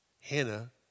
Hannah